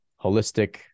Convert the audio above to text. Holistic